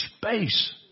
space